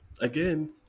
again